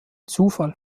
zufall